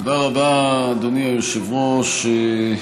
תודה רבה, אדוני היושב-ראש.